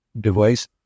device